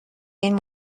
این